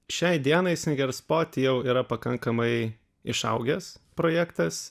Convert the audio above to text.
šiai dienai snyker spot jau yra pakankamai išaugęs projektas